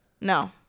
No